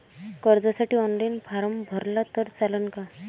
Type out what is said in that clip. कर्जसाठी online form भरला तर चालन का?